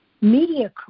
media